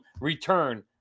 return